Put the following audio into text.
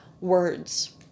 words